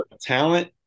talent –